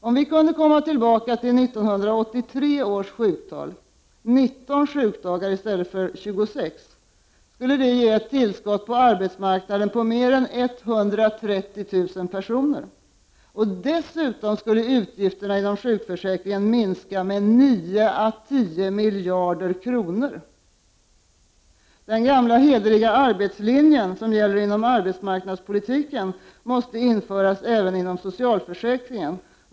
Om vi kunde komma tillbaka till 1983 års sjuktal — 19 sjukdagar i stället för 26 — skulle det ge ett tillskott på arbetsmarknaden på mer än 130000 personer. Dessutom skulle utgifterna inom sjukförsäkringen minska med 9 å 10 miljarder kronor. Den gamla hederliga arbetslinjen som gäller inom arbetsmarknadspolitiken måste införas även inom socialförsäkringen.